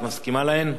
את מסכימה להן?